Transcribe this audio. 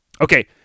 Okay